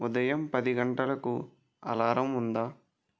ఉదయం పది గంటలకు అలారం ఉందా